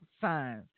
signs